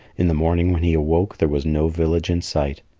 in the morning when he awoke, there was no village in sight.